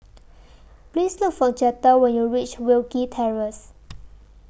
Please Look For Jetta when YOU REACH Wilkie Terrace